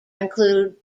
include